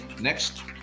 Next